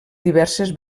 diverses